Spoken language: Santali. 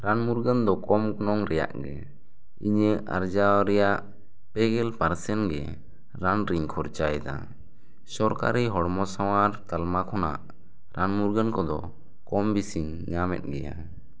ᱨᱟᱱ ᱢᱩᱨᱜᱟᱹᱱ ᱫᱚ ᱠᱚ ᱜᱚᱱᱚᱝ ᱨᱮᱱᱟᱜ ᱜᱮ ᱤᱧᱟᱹᱜ ᱟᱨᱡᱟᱣ ᱨᱮᱭᱟᱜ ᱯᱮᱜᱮᱞ ᱯᱟᱨᱥᱮᱱ ᱜᱮ ᱨᱟᱱ ᱨᱮᱧ ᱠᱷᱚᱨᱪᱟᱭᱮᱫᱟ ᱥᱚᱨᱠᱟᱨᱤ ᱦᱚᱲᱢᱚ ᱥᱟᱶᱟᱨ ᱛᱟᱞᱢᱟ ᱠᱷᱚᱱᱟᱜ ᱨᱟᱱ ᱢᱩᱨᱜᱟᱹᱱ ᱠᱚᱫᱚ ᱠᱚᱢ ᱵᱤᱥᱤᱧ ᱧᱟᱢᱮᱫ ᱜᱮᱭᱟ